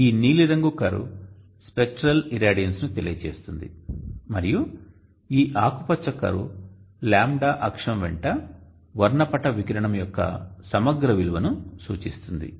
ఈ నీలిగంగు curve spectral irradiance ను తెలియజేస్తుంది మరియు ఈ ఆకుపచ్చ కర్వ్ λ అక్షం వెంట వర్ణపట వికిరణం యొక్క సమగ్ర విలువ ను సూచిస్తుంది